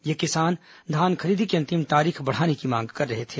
ये किसान धान खरीदी की अंतिम तारीख बढ़ाने की मांग कर रहे थे